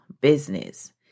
business